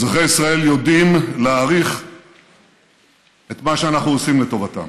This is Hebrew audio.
אזרחי ישראל יודעים להעריך את מה שאנחנו עושים לטובתם.